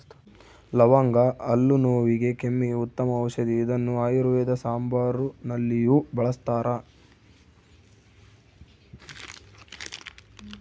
ಲವಂಗ ಹಲ್ಲು ನೋವಿಗೆ ಕೆಮ್ಮಿಗೆ ಉತ್ತಮ ಔಷದಿ ಇದನ್ನು ಆಯುರ್ವೇದ ಸಾಂಬಾರುನಲ್ಲಿಯೂ ಬಳಸ್ತಾರ